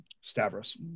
Stavros